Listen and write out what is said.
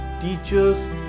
teachers